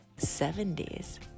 70s